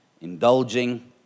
indulging